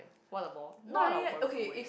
what a bore what a